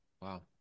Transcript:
Wow